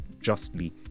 justly